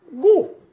Go